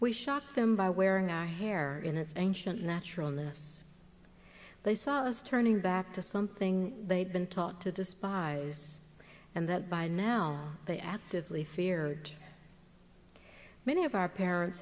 we shocked them by wearing our hair in its ancient naturalness they saw us turning back to something they'd been taught to despise and that by now they actively feared many of our parents